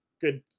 good